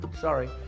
sorry